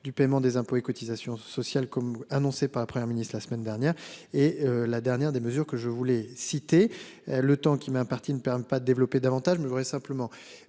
du paiement des impôts et cotisations sociales. Comme annoncé par la Première ministre de la semaine dernière et la dernière des mesures que je voulais citer le temps qui m'est imparti ne permet pas de développer davantage mais je voudrais simplement.